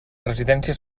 residència